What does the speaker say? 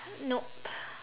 nope